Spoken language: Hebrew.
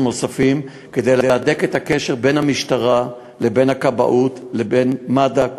נוספים כדי להדק את הקשר בין המשטרה לבין הכבאות לבין מד"א.